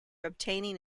obtaining